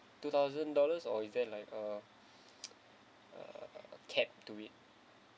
two thousand dollar or is that like a uh capped to it